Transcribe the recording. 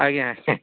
ଆଜ୍ଞା